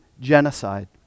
genocide